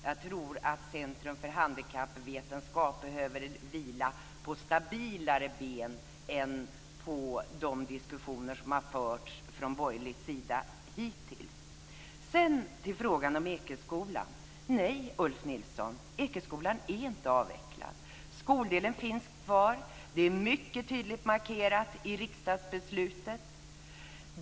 Jag tror att Centrum för handikappvetenskap behöver vila på stabilare ben än de diskussioner som har förts från borgerlig sida hittills. Ekeskolan är inte avvecklad. Skoldelen finns kvar. Det är mycket tydligt markerat i riksdagsbeslutet.